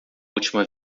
última